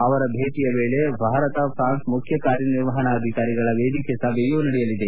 ಅವರ ಭೇಟಿಯ ವೇಳೆ ಭಾರತ ಪ್ರಾನ್ಲೆ ಮುಖ್ಯ ಕಾರ್ಯನಿರ್ವಹಣಾಧಿಕಾರಿಗಳ ವೇದಿಕೆಯ ಸಭೆಯೂ ನಡೆಯಲಿದೆ